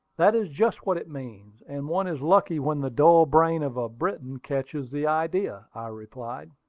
that is just what it means and one is lucky when the dull brain of a briton catches the idea, i replied.